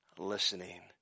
listening